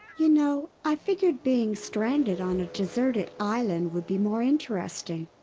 you know, i figured being stranded on a deserted island would be more interesting.